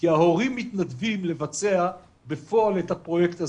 כי ההורים מתנדבים לבצע בפועל את הפרויקט הזה,